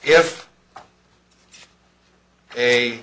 if a